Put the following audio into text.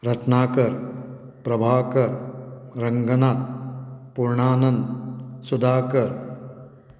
Ratnakar Prabhakar Ranganath Purnanand Sudhakar